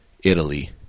Italy